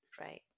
Right